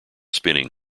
spinning